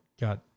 got